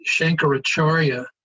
Shankaracharya